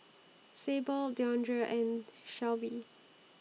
Sable Deondre and Shelvie